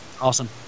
Awesome